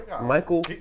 Michael